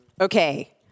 Okay